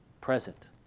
Present